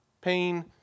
pain